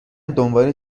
دنبال